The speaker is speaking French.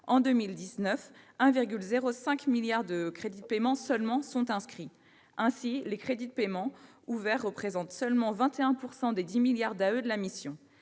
En 2019, 1,05 milliard d'euros de crédits de paiement seulement sont inscrits. Ainsi, les crédits de paiement ouverts ne représentent que 21 % des 10 milliards d'euros d'autorisations